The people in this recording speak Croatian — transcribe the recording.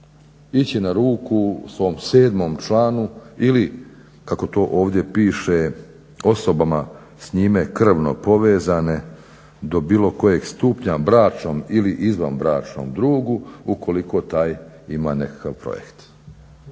ići na ruku svom 7. članu ili kako to ovdje piše osobama s njime krvno povezane do bilo kojeg stupnja, bračnom ili izvanbračnom dugu ukoliko taj ima nekakav projekt.